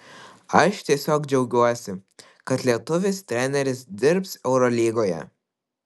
aš tiesiog džiaugiuosi kad lietuvis treneris dirbs eurolygoje